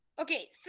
Okay